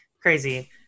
crazy